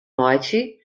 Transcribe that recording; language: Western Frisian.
meitsje